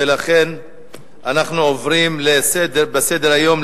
אנחנו עוברים לנושא הבא בסדר-היום,